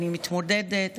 אני מתמודדת.